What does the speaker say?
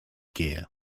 gear